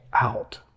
out